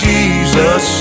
Jesus